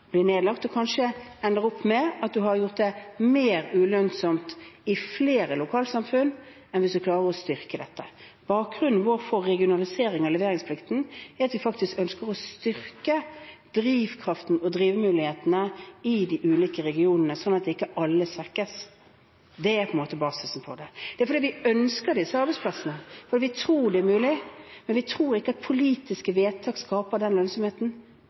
blir nedlagt og kanskje ender opp med at man har gjort det mer ulønnsomt i flere lokalsamfunn enn hvis man klarer å styrke dette. Bakgrunnen vår for regionalisering av leveringsplikten er at vi faktisk ønsker å styrke drivkraften og drivemulighetene i de ulike regionene sånn at ikke alle svekkes. Det er på en måte basisen for det. Det er fordi vi ønsker disse arbeidsplassene, fordi vi tror det er mulig, men vi tror ikke at politiske vedtak skaper den lønnsomheten